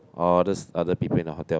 others other people in hotel